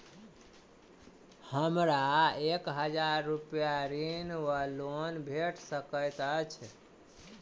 हमरा एक हजार रूपया ऋण वा लोन भेट सकैत अछि?